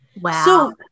Wow